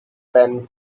pan